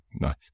nice